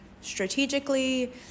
strategically